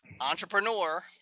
entrepreneur